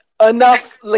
enough